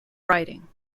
riding